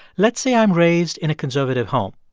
let's say i'm raised in a conservative home.